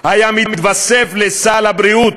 היו מתווספים לסל הבריאות,